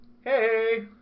Hey